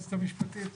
היועצת המשפטית,